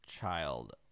Child